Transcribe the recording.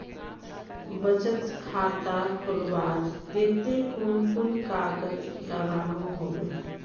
बचत खाता खोलवार केते कुन कुन कागज लागोहो होबे?